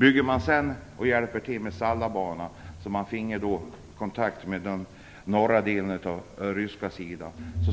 Hjälper vi sedan till med Sallabanan, så att vi får kontakt med den norra delen av den ryska sidan,